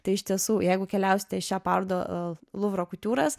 tai iš tiesų jeigu keliausite į šią pardą luvro otkutiūras